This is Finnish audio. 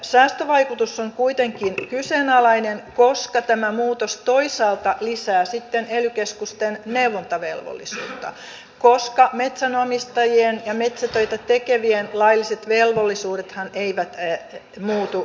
säästövaikutus on kuitenkin kyseenalainen koska tämä muutos toisaalta lisää sitten ely keskusten neuvontavelvollisuutta koska metsänomistajien ja metsätöitä tekevien lailliset velvollisuudethan eivät muutu miksikään